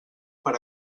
per